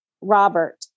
Robert